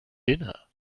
dinner